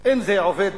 אם זה עובד